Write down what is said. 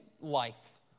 life